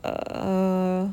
err